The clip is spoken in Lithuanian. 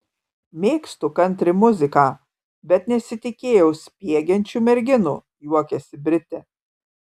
mėgstu kantri muziką bet nesitikėjau spiegiančių merginų juokiasi britė